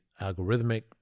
algorithmic